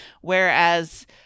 whereas